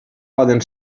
poden